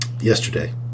yesterday